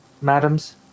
madams